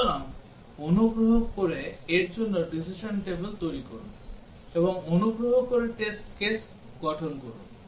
সুতরাং অনুগ্রহ করে এর জন্য decision table তৈরি করুন এবং অনুগ্রহ করে টেস্ট কেস গঠন করুন